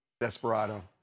desperado